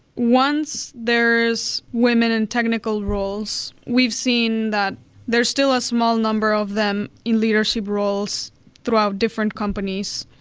once there's women in technical roles, we've seen that there still a small number of them in leadership roles throughout different companies.